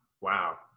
wow